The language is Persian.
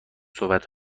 صحبت